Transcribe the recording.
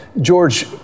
George